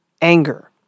anger